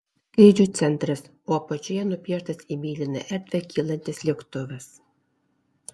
skrydžių centras o apačioje nupieštas į mėlyną erdvę kylantis lėktuvas